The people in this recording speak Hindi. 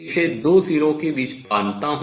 इसे दो सिरों के बीच बांधता हूँ